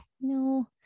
no